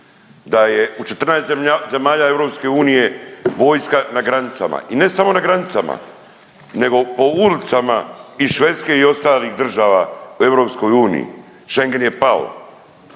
da je u 14 zemalja EU vojska na granicama i ne samo na granicama nego po ulicama i Švedske i ostalih država u EU, Schengen je pao,